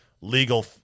legal